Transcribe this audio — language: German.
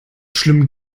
schlimm